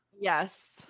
Yes